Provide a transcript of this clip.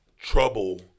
trouble